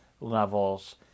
levels